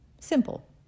Simple